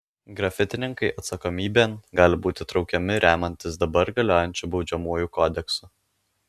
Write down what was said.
grafitininkai atsakomybėn gali būti traukiami remiantis dabar galiojančiu baudžiamuoju kodeksu